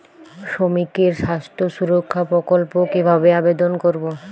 শ্রমিকের স্বাস্থ্য সুরক্ষা প্রকল্প কিভাবে আবেদন করবো?